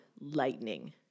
lightning